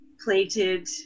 plated